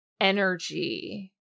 energy